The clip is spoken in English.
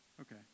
Okay